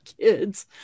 kids